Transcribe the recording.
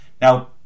Now